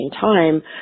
time